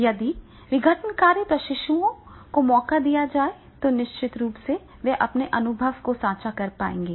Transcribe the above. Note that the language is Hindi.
यदि विघटनकारी प्रशिक्षुओं को मौका दिया जाता है तो निश्चित रूप से वे अपने अनुभव भी साझा कर पाएंगे